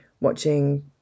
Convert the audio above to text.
watching